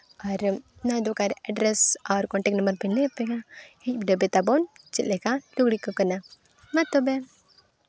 ᱟᱨ ᱚᱱᱟ ᱫᱚᱠᱟᱱ ᱨᱮᱭᱟᱜ ᱮᱰᱨᱮᱥ ᱟᱨ ᱠᱚᱱᱴᱮᱠᱴ ᱱᱟᱢᱵᱟᱨ ᱫᱚᱹᱧ ᱞᱟᱹᱭ ᱟᱯᱮᱭᱟ ᱦᱤᱡᱩᱜ ᱯᱮ ᱛᱟᱵᱚᱱ ᱪᱮᱫ ᱞᱮᱠᱟ ᱞᱩᱜᱽᱲᱤ ᱠᱚ ᱠᱟᱱᱟ ᱢᱟ ᱛᱚᱵᱮ